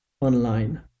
online